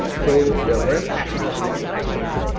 so we're very passionate about the education part